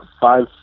Five